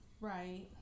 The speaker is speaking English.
Right